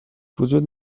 وجود